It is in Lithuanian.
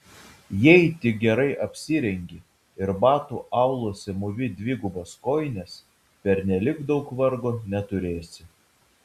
jei tik gerai apsirengi ir batų auluose mūvi dvigubas kojines pernelyg daug vargo neturėsi